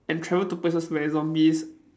and travel to places where zombies